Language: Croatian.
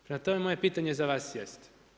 Prema tome moje pitanje za vas jest.